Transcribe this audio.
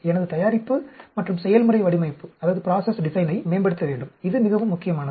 எனது தயாரிப்பு மற்றும் செயல்முறை வடிவமைப்பை மேம்படுத்த வேண்டும் இது மிகவும் முக்கியமானது